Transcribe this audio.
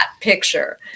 picture